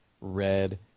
red